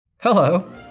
Hello